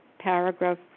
paragraph